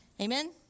amen